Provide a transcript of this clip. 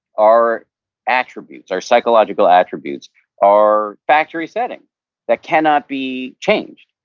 our attributes, our psychological attributes are factory setting that cannot be changed,